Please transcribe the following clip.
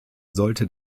sollte